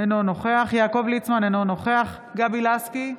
אינו נוכח יעקב ליצמן, אינו נוכח גבי לסקי,